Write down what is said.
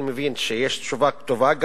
אני מבין שיש תשובה כתובה.